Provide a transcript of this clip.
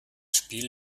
spiel